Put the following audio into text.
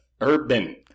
Urban